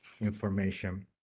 information